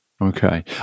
Okay